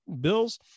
Bills